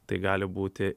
tai gali būti